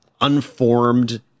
unformed